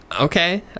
Okay